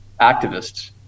activists